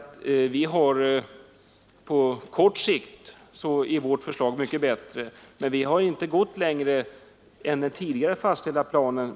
På lång sikt är vårt förslag mycket bättre, men vi har inte gått längre med våra förslag än den tidigare fastställda planen.